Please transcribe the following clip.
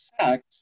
sex